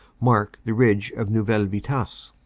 mark the ridge of neuville vi tasse.